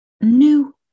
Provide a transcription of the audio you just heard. new